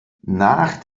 nach